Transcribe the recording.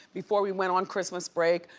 before we went on christmas break,